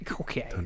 Okay